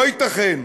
לא ייתכן